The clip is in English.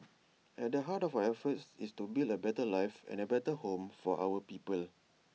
at the heart of our efforts is to build A better life and A better home for our people